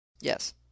Yes